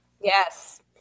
Yes